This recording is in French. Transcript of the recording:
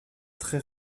très